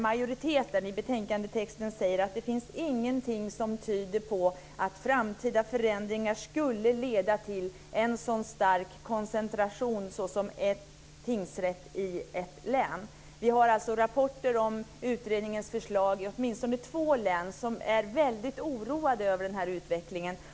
Majoriteten säger i betänkandetexten att det inte finns någonting som tyder på att framtida förändringar skulle leda till en så stark koncentration som en tingsrätt i ett län. Vi har rapporter om utredningens förslag i åtminstone två län, och man är mycket oroad över utvecklingen.